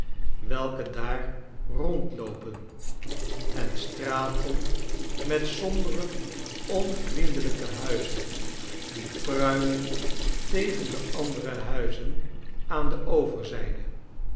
welke daar rondloopen en straten met sombere onvriendelijke huizen die pruilen tegen de andere huizen aan de overzijde